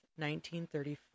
1934